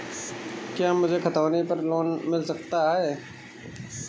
क्या मुझे खतौनी पर लोन मिल सकता है?